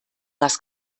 was